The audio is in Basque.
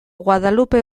guadalupe